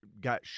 got